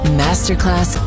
masterclass